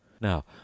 Now